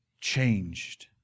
changed